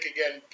Again